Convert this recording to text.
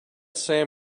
sam